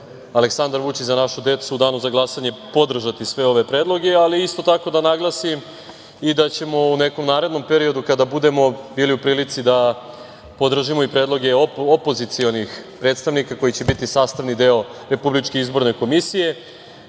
Aleksandar Vučić – Za našu decu u danu za glasanje podržati sve ove predloge, ali isto tako da naglasim i da ćemo u nekom narednom periodu kada budemo bili u prilici da podržimo i predloge opozicionih predstavnika koji će biti sastavni deo RIK-a naša poslanička